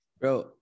Bro